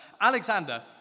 Alexander